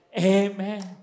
Amen